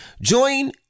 Join